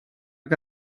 que